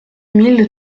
mille